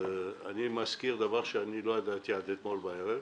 אני מזכיר דבר שלא ידעתי עד אתמול בערב: